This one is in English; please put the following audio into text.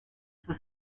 for